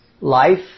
Life